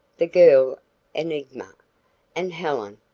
the girl enigma and helen,